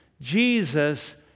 Jesus